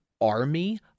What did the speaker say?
army